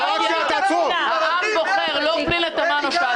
בדמוקרטיה העם בוחר, לא פנינה תמנו שאטה.